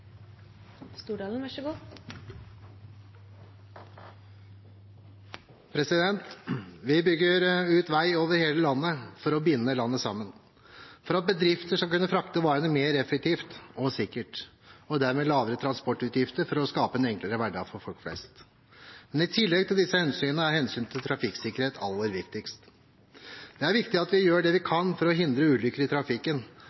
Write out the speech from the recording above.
Vi bygger ut vei over hele landet for å binde landet sammen, for at bedrifter skal kunne frakte varene mer effektivt og sikkert, og dermed få lavere transportutgifter, og for å skape en enklere hverdag for folk flest. Men i tillegg til disse hensynene er hensynet til trafikksikkerhet aller viktigst. Det er viktig at vi gjør det vi